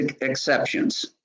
exceptions